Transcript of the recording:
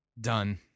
Done